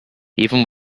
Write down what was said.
even